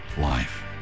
life